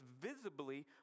visibly